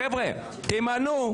חבר'ה, תמנו.